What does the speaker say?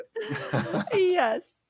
Yes